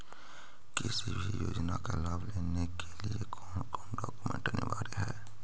किसी भी योजना का लाभ लेने के लिए कोन कोन डॉक्यूमेंट अनिवार्य है?